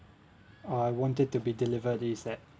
uh I want it to be delivered ASAP